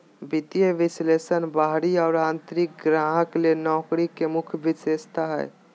वित्तीय विश्लेषक बाहरी और आंतरिक ग्राहक ले नौकरी के मुख्य विशेषता हइ